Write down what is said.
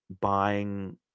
buying